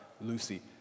Lucy